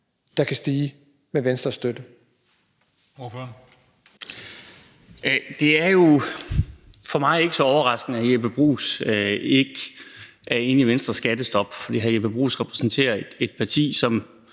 Karsten Lauritzen (V): Det er jo for mig ikke så overraskende, at Jeppe Bruus ikke er enig i Venstres skattestop. For hr. Jeppe Bruus repræsenterer et parti, som